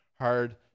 hard